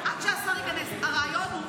הרעיון הוא,